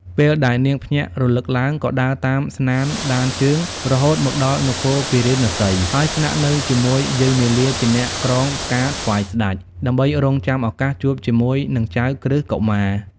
ពេលដែលនាងភ្ញាក់រលឹកឡើង ក៏ដើរតាមស្នាមដានជើង រហូតមកដល់នគរពារាណសី ហើយស្នាក់នៅជាមួយយាយមាលាជាអ្នកក្រងផ្កាថ្វាយស្តេច ដើម្បីរង់ចាំឱកាសជួបជាមួយនឹងចៅក្រឹស្នកុមារ។